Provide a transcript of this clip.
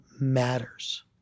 matters